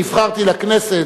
נבחרתי לכנסת,